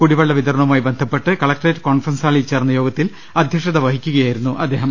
കുടിവെള്ള വിതരണവുമായി ബന്ധപ്പെട്ട് കളക്ടറേറ്റ് കോൺഫറൻസ് ഹാളിൽ ചേർന്ന യോഗത്തിൽ അധ്യക്ഷത വഹിക്കുകയായിരുന്നു അദ്ദേഹം